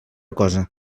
cosa